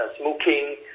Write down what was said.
smoking